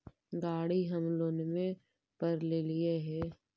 गाड़ी हम लोनवे पर लेलिऐ हे?